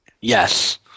Yes